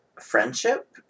friendship